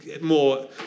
more